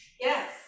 Yes